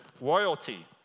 royalty